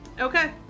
Okay